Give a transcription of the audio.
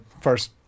first